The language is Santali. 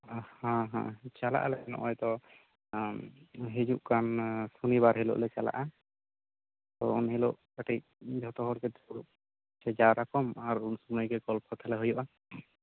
ᱦᱚᱸ ᱦᱚᱸ ᱪᱟᱞᱟᱜ ᱟᱞᱮ ᱱᱚᱜ ᱚᱭᱛᱚ ᱦᱤᱡᱩᱜ ᱠᱟᱱ ᱥᱳᱱᱤ ᱵᱟᱨ ᱦᱤᱞᱳᱜ ᱞᱮ ᱪᱟᱞᱟᱜᱼᱟ ᱛᱚ ᱤᱱᱦᱤᱞᱳᱜ ᱠᱟᱹᱴᱤᱡ ᱡᱚᱛᱚᱦᱚᱲ ᱫᱩᱯᱲᱩᱵ ᱡᱟᱣᱨᱟ ᱠᱚᱢ ᱟᱨ ᱩᱱᱥᱚᱢᱚᱭ ᱜᱮ ᱜᱚᱞᱯᱚ ᱛᱟᱦᱚᱞᱮ ᱦᱩᱭᱩᱜᱼᱟ